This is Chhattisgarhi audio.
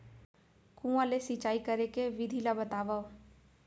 कुआं ले सिंचाई करे के विधि ला बतावव?